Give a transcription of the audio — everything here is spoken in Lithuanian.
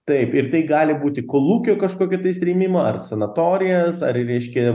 taip ir tai gali būti kolūkio kažkokio tais rėmimą ar sanatorijas ar reiškia